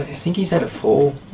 think he's had a fall.